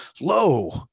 lo